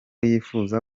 yifuza